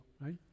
right